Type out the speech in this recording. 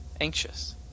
anxious